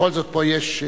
ובכל זאת אתה צודק.